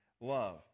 love